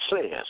says